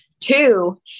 Two